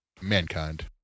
mankind